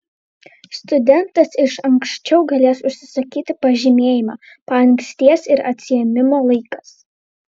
studentas iš ankščiau galės užsisakyti pažymėjimą paankstės ir atsiėmimo laikas